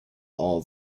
all